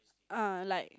uh like